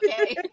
okay